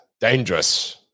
dangerous